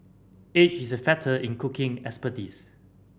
age is a factor in cooking expertise